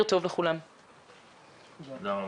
תודה רבה.